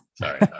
sorry